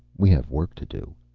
we have work to do.